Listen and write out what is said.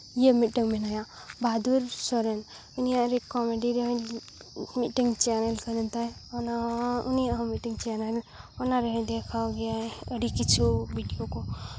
ᱤᱭᱟᱹ ᱢᱤᱫᱴᱮᱱ ᱢᱮᱱᱟᱭᱟ ᱵᱟᱦᱟᱫᱩᱨ ᱥᱚᱨᱮᱱ ᱩᱱᱤᱭᱟᱜ ᱨᱮ ᱠᱚᱢᱮᱰᱤ ᱢᱤᱫᱴᱮᱱ ᱪᱮᱱᱮᱞ ᱛᱟᱭ ᱚᱱᱟ ᱩᱱᱤᱭᱟᱜ ᱦᱚᱸ ᱢᱤᱫᱴᱮᱱ ᱪᱮᱱᱮᱞ ᱚᱱᱟᱨᱮ ᱫᱮᱠᱷᱟᱣ ᱜᱮᱭᱟᱭ ᱟᱹᱰᱤ ᱠᱤᱪᱷᱩ ᱵᱷᱤᱰᱭᱳ ᱠᱚ